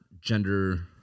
gender